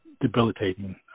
debilitating